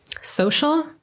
social